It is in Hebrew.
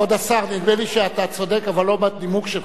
כבוד השר, נדמה לי שאתה צודק, אבל לא בנימוק שלך,